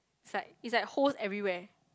it's like it's like holes everywhere